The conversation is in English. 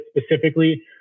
specifically